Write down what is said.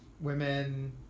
Women